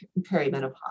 perimenopause